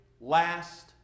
last